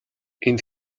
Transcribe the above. энд